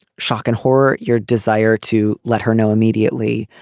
shock and horror your desire to let her know immediately